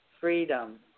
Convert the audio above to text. freedom